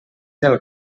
del